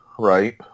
Right